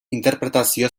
interpretazio